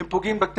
הם פוגעים בטבע,